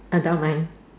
I don't mind